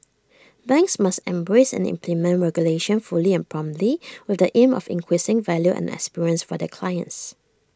banks must embrace and implement regulation fully and promptly with the aim of increasing value and experience for their clients